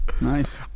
Nice